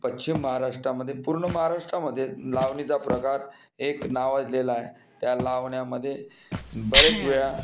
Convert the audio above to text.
पश्चिम महाराष्ट्रामध्ये पूर्ण महाराष्ट्रामध्ये लावणीचा प्रकार एक नावाजलेला आहे त्या लावण्यांमध्ये बरेचवेळा